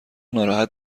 ناراحت